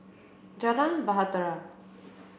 Jalan Bahtera